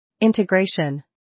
Integration